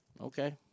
Okay